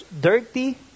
dirty